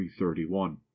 331